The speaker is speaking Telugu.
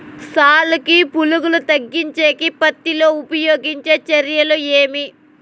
సాలుకి పులుగు తగ్గించేకి పత్తి లో ఉపయోగించే చర్యలు ఏమి?